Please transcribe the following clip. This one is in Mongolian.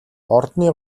ордны